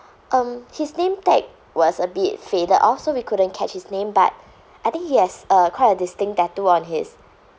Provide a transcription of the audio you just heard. um his name tag was a bit faded all so we couldn't catch his name but I think he has a quite a distinct tattoo on his